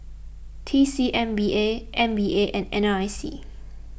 T C M P B M P A and N R I C